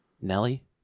Nelly